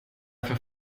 för